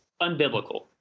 unbiblical